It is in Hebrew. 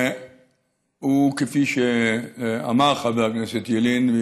והוא, כפי שאמר חבר הכנסת ילין,